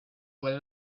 were